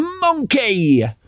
Monkey